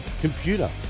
computer